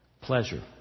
Pleasure